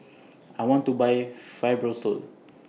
I want to Buy Fibrosol